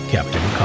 Captain